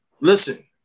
listen